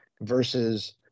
versus